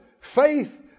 faith